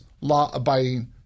law-abiding